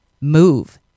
Move